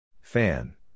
Fan